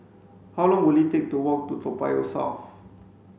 how long will it take to walk to Toa Payoh South